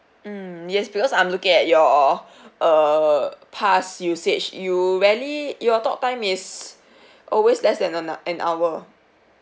mm yes because I'm looking at your err past usage you rarely your talk time is always less than an an hour